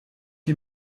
die